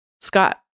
Scott